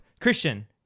Christian